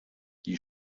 die